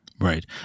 Right